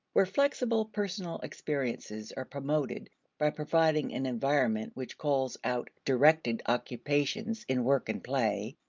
where flexible personal experiences are promoted by providing an environment which calls out directed occupations in work and play,